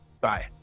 Bye